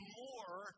more